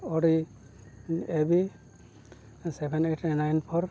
ᱚᱨ A B seven eight nine four